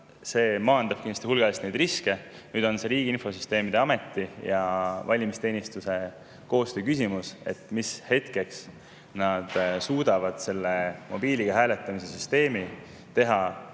See maandab kindlasti hulgaliselt neid riske. Nüüd on Riigi Infosüsteemi Ameti ja valimisteenistuse koostöö küsimus, mis hetkeks nad suudavad mobiiliga hääletamise süsteemi teha